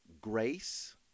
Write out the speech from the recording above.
grace